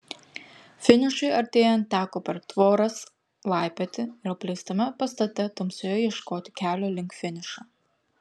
finišui artėjant teko per tvoras laipioti ir apleistame pastate tamsoje ieškoti kelio link finišo